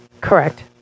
Correct